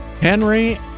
Henry